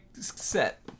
set